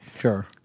Sure